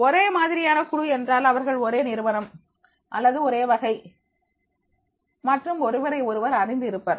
ஒரே மாதிரியான குழு என்றால் அவர்கள் ஒரே நிறுவனம் அல்லது ஒரே வகை மற்றும் ஒருவரை ஒருவர் அறிந்து இருப்பர்